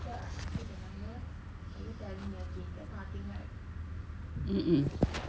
mm mm